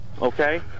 okay